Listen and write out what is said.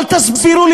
אבל תסביר לי,